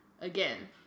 Again